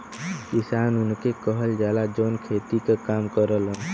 किसान उनके कहल जाला, जौन खेती क काम करलन